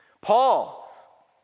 Paul